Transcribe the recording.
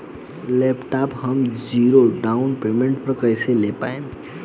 Laptop हम zero down payment पर कैसे ले पाएम?